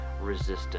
resistance